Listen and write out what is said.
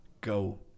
go